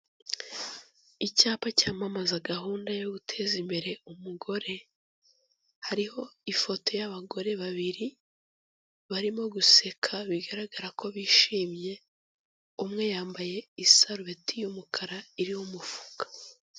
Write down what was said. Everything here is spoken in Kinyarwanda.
Icyapa cyamamaza gahunda yo guteza imbere umugore, hariho ifoto y'abagore babiri barimo guseka bigaragara ko bishimye, umwe yambaye isarubeti y'umukara iriho umufuka.